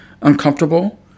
uncomfortable